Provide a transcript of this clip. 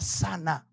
sana